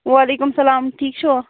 وَعلیکُم سَلام ٹھیٖک چھِوا